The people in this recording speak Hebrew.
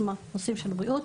כלומר בנושאים של הבריאות,